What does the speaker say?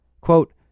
Quote